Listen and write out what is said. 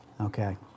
Okay